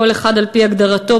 כל אחד על-פי הגדרתו,